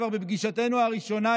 כבר בפגישתנו הראשונה,